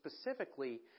specifically